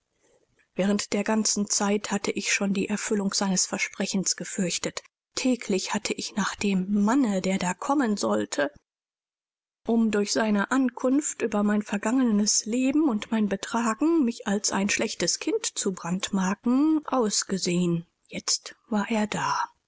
während der ganzen zeit hatte ich schon die erfüllung seines versprechens gefürchtet täglich hatte ich nach dem manne der da kommen sollte um durch seine auskunft über mein vergangenes leben und mein betragen mich als ein schlechtes kind zu brandmarken ausgesehen jetzt war er da